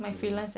mm